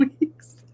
weeks